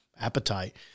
Appetite